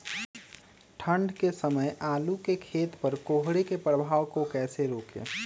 ठंढ के समय आलू के खेत पर कोहरे के प्रभाव को कैसे रोके?